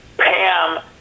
Pam